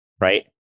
right